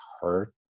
hurt